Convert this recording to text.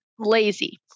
Lazy